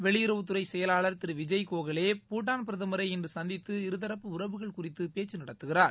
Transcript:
வெளியுறவுத் துறை செயலாளர் திரு விஜய் கோகலே பூட்டாள் பிரதரை இன்று சந்தித்து இருதரப்பு உறவுகள் குறித்து பேச்சு நடத்துகிறார்